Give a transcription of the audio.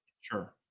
Sure